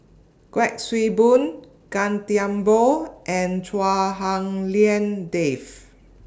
Kuik Swee Boon Gan Thiam Poh and Chua Hak Lien Dave